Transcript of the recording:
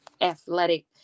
athletic